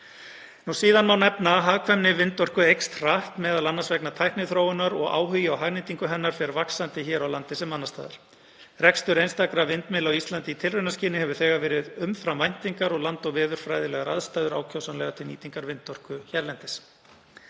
Síðan má nefna að hagkvæmni vindorku eykst hratt m.a. vegna tækniþróunar og áhugi á hagnýtingu hennar fer vaxandi hér á landi sem annars staðar. Rekstur einstakra vindmylla á Íslandi í tilraunaskyni hefur verið umfram væntingar og land- og veðurfræðilegar aðstæður ákjósanlegar til nýtingar vindorku hérlendis.